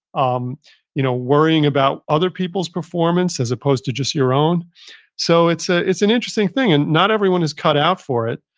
um you know worrying about other people's performance as opposed to just your own so it's ah it's an interesting thing and not everyone is cut out for it.